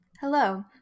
Hello